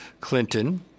Clinton